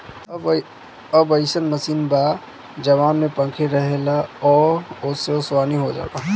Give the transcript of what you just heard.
अब अइसन मशीन बा जवना में पंखी रहेला आ ओसे ओसवनी हो जाला